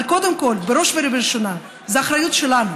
אבל קודם כול, בראש ובראשונה, זאת אחריות שלנו.